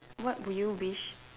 what would you wish